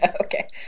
Okay